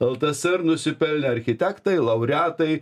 ltsr nusipelnę architektai laureatai